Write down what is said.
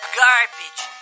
garbage